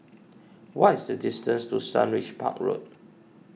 what is the distance to Sundridge Park Road